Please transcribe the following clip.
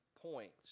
points